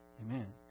Amen